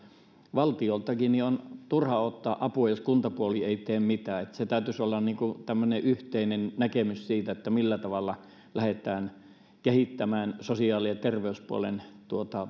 valtiolta on turha odottaa apua jos kuntapuoli ei tee mitään täytyisi olla yhteinen näkemys siitä millä tavalla lähdetään kehittämään sosiaali ja terveyspuolen